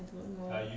I don't know